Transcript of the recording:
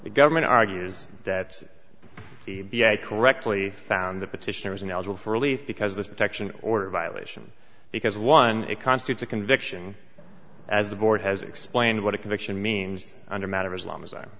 the government argues that correctly found the petitioner was ineligible for relief because this protection order violation because one it constitutes a conviction as the board has explained what a conviction means under matter as long as i am